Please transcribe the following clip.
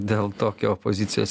dėl tokio opozicijos